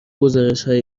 گزارشهای